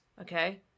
okay